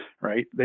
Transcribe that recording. right